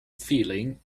feeling